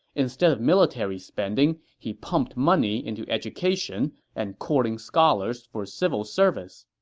instead of military spending, he pumped money into education and courting scholars for civil service.